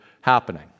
happening